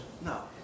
No